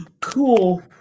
cool